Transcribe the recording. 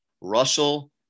Russell